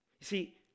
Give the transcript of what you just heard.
see